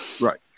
Right